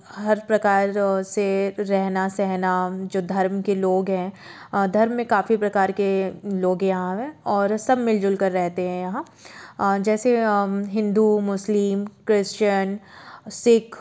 हर प्रकार से रहना सहना जो धर्म के लोग है धर्म में काफ़ी प्रकार के लोग यहाँ है और सब मिलजुल कर रहते हैं यहाँ जैसे हिन्दू मुस्लिम क्रिश्चन सिख